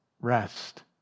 rest